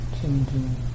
changing